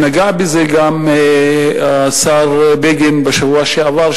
נגע בזה גם השר בגין בשבוע שעבר,